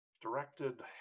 Directed